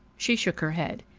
she shook her head.